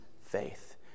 faith